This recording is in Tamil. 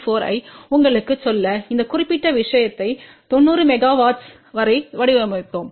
4 ஐஉங்களுக்குச் சொல்லஇந்த குறிப்பிட்ட விஷயத்தை 900 மெகா ஹெர்ட்ஸ் வரை வடிவமைத்தோம்